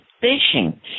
fishing